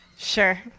Sure